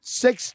six